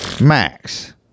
Max